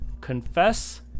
confess